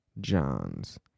Johns